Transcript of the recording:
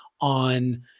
on